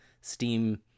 Steam